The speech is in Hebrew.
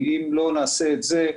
אם לא נעשה את זה,